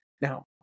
Now